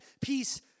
peace